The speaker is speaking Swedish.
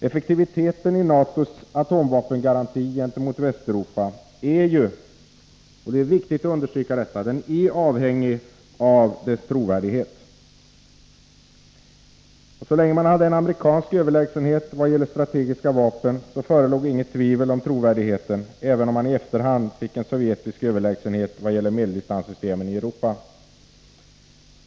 Effektiviteten i NATO:s atomvapengaranti gentemot Västeuropa är — och det är viktigt att understryka detta — avhängig av dess trovärdighet. Så länge man hade en amerikansk överlägsenhet vad gäller strategiska vapen förelåg inget tvivel om trovärdigheten, även om man i efterhand fick en sovjetisk överlägsenhet vad gäller medeldistanssystemen i Europa.